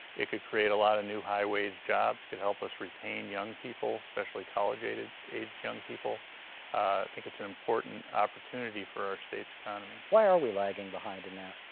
it could create a lot of new highways jobs, could help us retain young people, especially college-age young people. i think it's an important opportunity for our state's economy. why are we lagging behind in that?